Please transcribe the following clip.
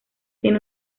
tiene